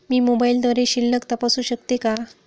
मी मोबाइलद्वारे शिल्लक तपासू शकते का?